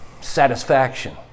satisfaction